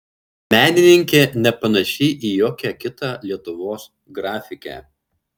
menininkė nepanaši į jokią kitą lietuvos grafikę